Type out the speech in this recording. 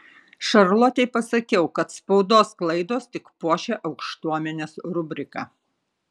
šarlotei pasakiau kad spaudos klaidos tik puošia aukštuomenės rubriką